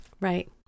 Right